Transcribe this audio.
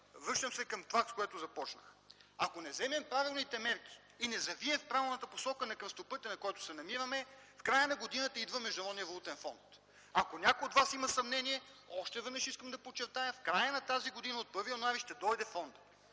връщам се към това, с което започнах. Ако не вземем правилните мерки и не завием в правилната посока на кръстопътя, на който се намираме, в края на годината идва Международният валутен фонд. Ако някой от вас има съмнение, още веднъж искам да подчертая – в края на тази година, от 1 януари ще дойде фондът,